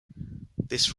this